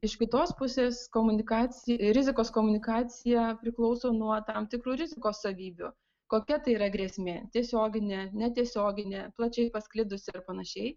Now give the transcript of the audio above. iš kitos pusės komunikacija ir rizikos komunikacija priklauso nuo tam tikrų rizikos savybių kokia tai yra grėsmė tiesioginė netiesioginė plačiai pasklidusi ir panašiai